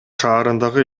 шаарындагы